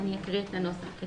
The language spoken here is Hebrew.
אני אקרא את הנוסח.